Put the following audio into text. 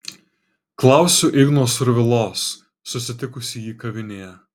klausiu igno survilos susitikusi jį kavinėje